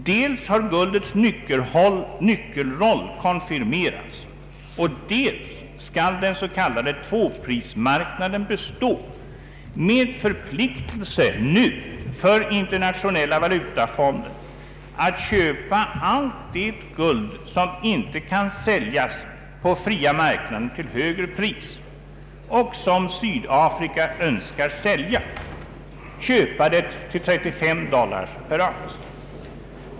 Dels har guldets nyckelroll konfirmerats, dels skall den s.k. tvåprismarknaden bestå med förpliktelser nu för Internationella valutafonden att köpa allt det guld som inte kan säljas på fria marknaden till högre pris och som Sydafrika önskar sälja — köpa det för 35 dollar per ounce.